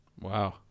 Wow